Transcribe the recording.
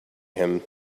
him